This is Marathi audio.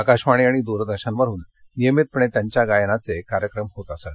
आकाशवाणी आणि दूरदर्शनवर नियमितपणे त्यांच्या गायनाचे कार्यक्रम होत असत